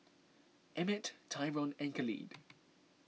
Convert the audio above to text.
Emmet Tyron and Khalid